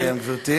נא לסיים, גברתי.